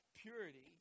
purity